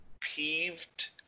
peeved